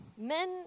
men